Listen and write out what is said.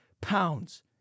pounds